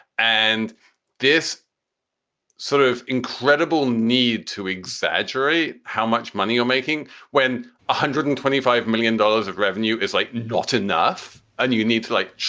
and this sort of incredible need to exaggerate how much money you're making when one ah hundred and twenty five million dollars of revenue is like not enough and you need to like,